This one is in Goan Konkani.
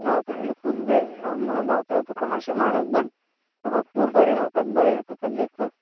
गावतलें फूल रे पण गावतलें तुका मात्शें म्हारग बट तुकां फूड बरें गावतात बरें येता थंय ब्रेकफास्ट